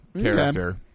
character